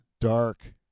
dark